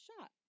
shot